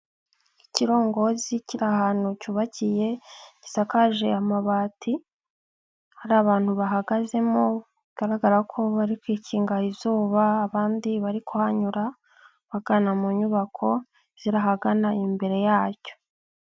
Ikirongozi kiri ahantu cyubakiye gisakaje amabati, hari abantu bahagazemo, bigaragara ko bari kwikinga izuba, abandi bari kuhanyura bagana mu nyubako ziri ahagana imbere yacyo.